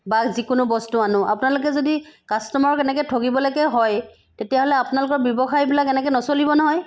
বা যিকোনো বস্তু আনো আপোনালোকে যদি কাষ্টমাৰক এনেকৈ ঠগিবলৈকে হয় তেতিয়াহ'লে আপোনালোকৰ ব্যৱসায়বিলাক এনেকৈ নচলিব নহয়